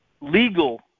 legal